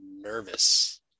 nervous